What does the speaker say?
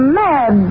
mad